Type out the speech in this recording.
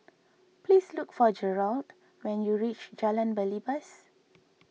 please look for Jerold when you reach Jalan Belibas